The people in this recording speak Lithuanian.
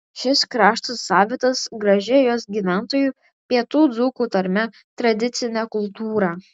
šis kraštas savitas gražia jos gyventojų pietų dzūkų tarme tradicine kultūra